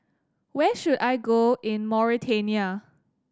where should I go in Mauritania